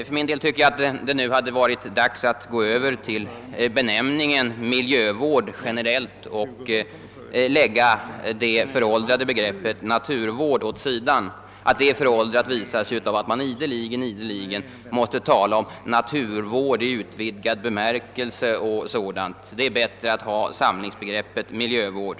För egen del tycker jag att det nu kunde vara tid att gå över till benämningen miljövård och lägga det föråldrade begreppet naturvård åt sidan. Att begreppet är föråldrat visar sig bl a. däri att man ideligen måste tala om naturvård i utvidgad bemärkelse. Det är bättre att ha det samlande begreppet miljövård.